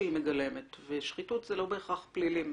שהיא מגלמת ושחיתות זה לא בהכרח פלילים.